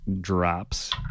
drops